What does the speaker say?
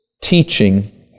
teaching